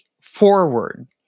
forward